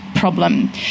problem